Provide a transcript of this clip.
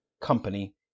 company